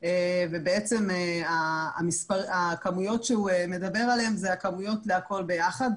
ובעצם הכמויות שהוא מדבר עליהן זה הכמויות להכול ביחד.